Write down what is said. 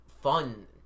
fun